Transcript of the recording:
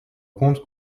compte